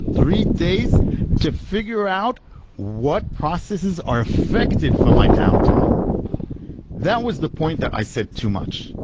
three days to figure out what processes are affected for my downtime that was the point that i said, too much.